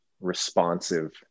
responsive